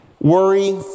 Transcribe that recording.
Worry